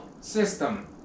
system